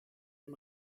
dem